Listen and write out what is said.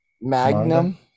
magnum